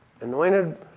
Anointed